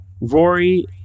Rory